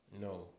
No